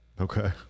Okay